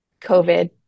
COVID